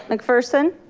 mcpherson.